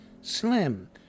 Slim